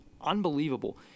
unbelievable